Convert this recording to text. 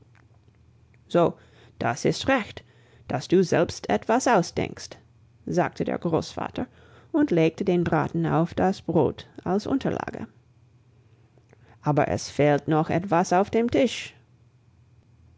so das ist recht dass du selbst etwas ausdenkst sagte der großvater und legte den braten auf das brot als unterlage aber es fehlt noch etwas auf dem tisch